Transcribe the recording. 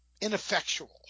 ineffectual